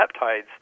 peptides